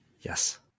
Yes